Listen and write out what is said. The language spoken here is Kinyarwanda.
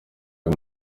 uyu